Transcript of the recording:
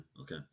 okay